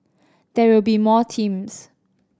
there will be more teams